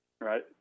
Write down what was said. right